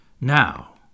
Now